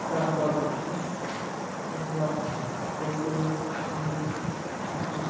তারপর আমরা পশুর পশুর